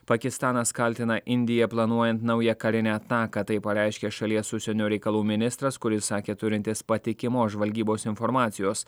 pakistanas kaltina indiją planuojant naują karinę ataką tai pareiškė šalies užsienio reikalų ministras kuris sakė turintis patikimos žvalgybos informacijos